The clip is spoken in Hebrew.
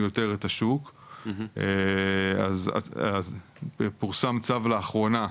יותר את השוק אז פורסם צו לאחרונה,